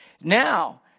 Now